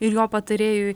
ir jo patarėjui